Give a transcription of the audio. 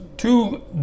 Two